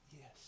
yes